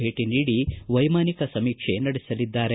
ಭೇಟಿ ನೀಡಿ ವೈಮಾನಿಕ ಸಮೀಕ್ಷೆ ನಡೆಸಲಿದ್ದಾರೆ